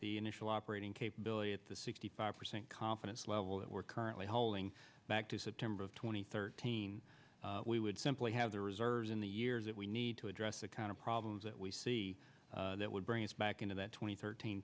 the initial operating capability at the sixty five percent confidence level that we're currently holding back to september of two thousand and thirteen we would simply have the reserves in the years that we need to address the kind of problems that we see that would bring us back into that twenty thirteen